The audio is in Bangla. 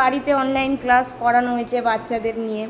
বাড়িতে অনলাইন ক্লাস করানো হয়েছে বাচ্চাদের নিয়ে